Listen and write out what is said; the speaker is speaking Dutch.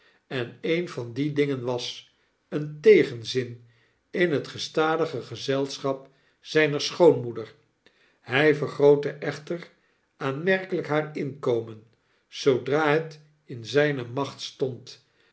en een van diedingen was een tegenzin in het gestadige gezelschap zyner schoonmoeder hy vergrootte echter aanmerkelyk haar inkomen zoodra het in zyne macht stond